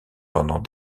pendant